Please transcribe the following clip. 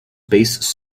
bass